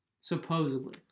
Supposedly